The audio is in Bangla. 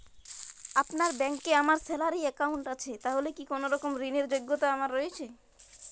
আপনার ব্যাংকে আমার স্যালারি অ্যাকাউন্ট আছে তাহলে কি কোনরকম ঋণ র যোগ্যতা আমার রয়েছে?